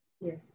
Yes